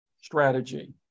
strategy